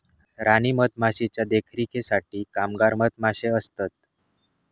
राणी मधमाशीच्या देखरेखीसाठी कामगार मधमाशे असतत